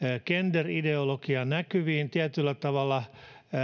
gender ideologiaa näkyviin tietyllä tavalla